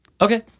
Okay